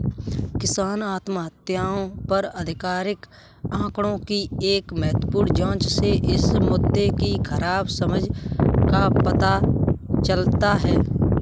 किसान आत्महत्याओं पर आधिकारिक आंकड़ों की एक महत्वपूर्ण जांच से इस मुद्दे की खराब समझ का पता चलता है